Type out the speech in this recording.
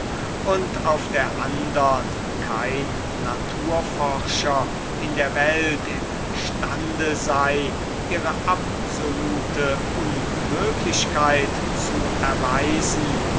und auf der andern kein naturforscher in der welt im stande sei ihre absolute unmöglichkeit zu erweisen